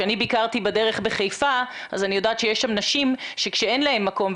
כשאני ביקרתי בחיפה אני יודעת שיש שם נשים שאין להן מקום,